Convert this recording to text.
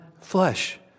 flesh